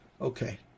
Okay